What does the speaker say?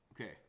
Okay